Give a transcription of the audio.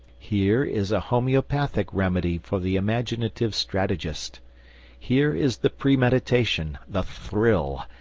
here is a homeopathic remedy for the imaginative strategist here is the premeditation, the thrill,